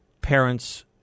parents